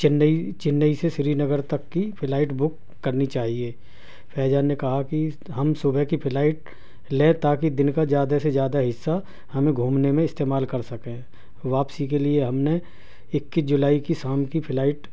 چئی چنئی سے سری نگر تک کی فلائٹ بک کرنی چاہیے فیضان نے کہا کہ ہم صبح کی فلائٹ لیں تاکہ دن کا زیادہ سے زیادہ حصہ ہمیں گھومنے میں استعمال کر سکیں واپسی کے لیے ہم نے اکیس جولائی کی شام کی فلائٹ